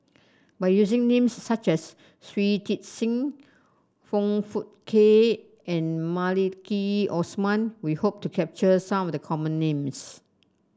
by using names such as Shui Tit Sing Foong Fook Kay and Maliki Osman we hope to capture some of the common names